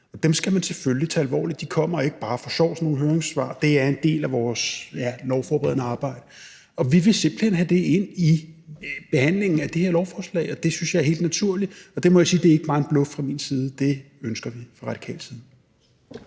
dem skal man selvfølgelig tage alvorligt. De kommer ikke bare for sjov. Sådan nogle høringssvar er en del af vores lovforberedende arbejde, og vi vil simpelt hen have det ind i behandlingen af det her lovforslag, og det synes jeg er helt naturligt. Og det må jeg sige ikke bare er bluf fra min tid. Det ønsker vi fra radikal side.